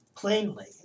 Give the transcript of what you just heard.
plainly